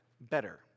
better